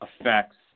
affects